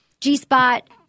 G-Spot